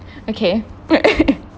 okay but